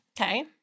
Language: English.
Okay